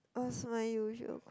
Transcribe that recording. oh so unusual